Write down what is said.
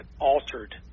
altered